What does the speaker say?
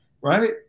right